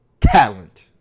talent